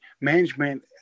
management –